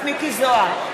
מיקי זוהר,